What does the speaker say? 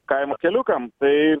kaimo keliukam tai